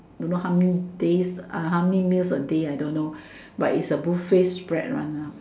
don't know how many days ah how many meals a day I don't know but it's a buffet spread one lah